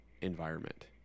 environment